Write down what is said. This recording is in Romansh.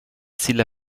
silla